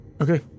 okay